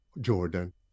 Jordan